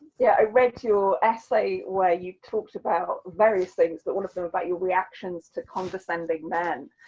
yeah i read to your essay where you talked about various things, that one of them about your reactions to condescending men,